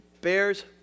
bears